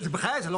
בחייך.